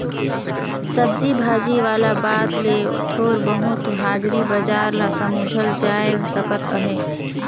सब्जी भाजी वाला बात ले थोर बहुत हाजरी बजार ल समुझल जाए सकत अहे